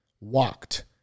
walked